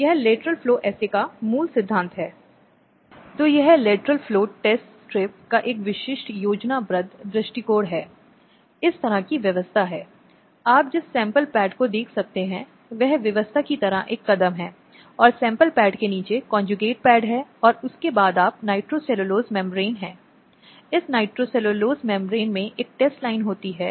और एक सौहार्दपूर्ण संबंध है जो पक्षों के बीच किसी तरह से मौजूद है या अगर उसे कुछ मदद या मनोवैज्ञानिक मदद की आवश्यकता होती है तो इस तरह की मदद उसे दी जाती है